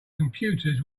computers